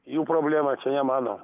jų problema čia ne mano